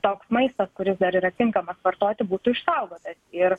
toks maistas kuris dar yra tinkamas vartoti būtų išsaugotas ir